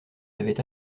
l’avait